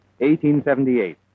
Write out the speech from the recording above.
1878